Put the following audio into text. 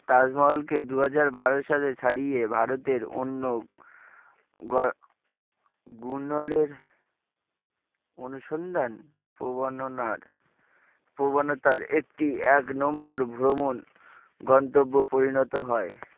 তাজমহলকে দু হাজার বারো সালে ছাড়িয়ে ভারতের অন্য গ অনুসন্ধান প্রবণনার প্রবণতার একটি এক নম্বর ভ্রমণ গন্তব্য পরিণত হয়